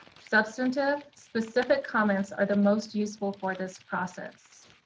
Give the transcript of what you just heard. substantive, specific comments are the most useful for this process.